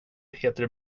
heter